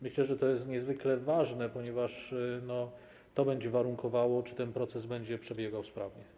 Myślę, że to jest niezwykle ważne, ponieważ to będzie warunkowało, czy ten proces będzie przebiegał sprawnie.